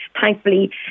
Thankfully